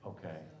Okay